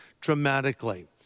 dramatically